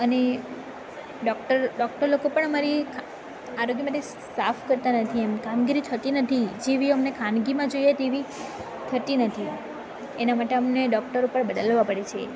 અને doctor doctor લોકો પણ અમારી આરોગ્ય માટે સાફ કરતા નથી એમ કામગીરી થતી નથી જેવી અમને ખાનગીમાં જોઈએ તેવી થતી નથી એના માટે અમને ડોક્ટરો પણ બદલવા પડે છે